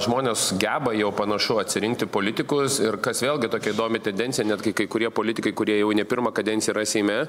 žmonės geba jau panašu atsirinkti politikus ir kas vėlgi tokia įdomi tendencija net kai kurie politikai kurie jau ne pirmą kadenciją yra seime